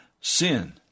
sin